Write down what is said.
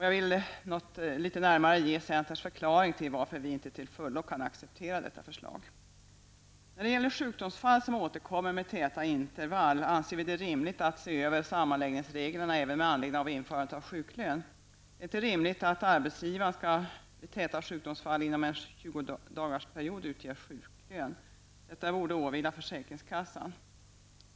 Jag vill något närmare ge centerns förklaring till varför vi inte till fullo kan acceptera detta förslag. När det gäller sjukdomsfall som återkommer med täta intervall anser vi det rimligt att se över sammanläggningsreglerna även med anledning av införandet av sjuklön. Det är inte rimligt att arbetsgivaren skall utge sjuklön vid täta sjukdomsfall inom en tjugodagarsperiod. Detta borde åvila försäkringskassan.